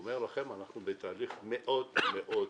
חושב שאנחנו נמצאים בשיאו של תהליך מאוד חיובי,